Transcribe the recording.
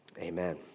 Amen